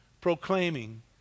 proclaiming